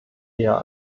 eher